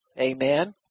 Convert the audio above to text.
Amen